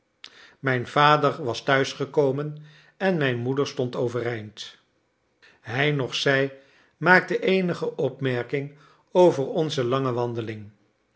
mijn vader was thuis gekomen en mijn moeder stond overeind hij noch zij maakte eenige opmerking over onze lange wandeling